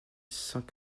cent